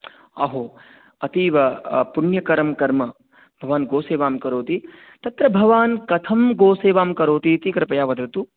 अहो अतीव अ पुण्यकरं कर्म भवान् गोसेवां करोति तत्र भवान् कथं गोसेवां करोति इति कृपया वदतु